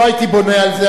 לא הייתי בונה על זה,